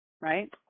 right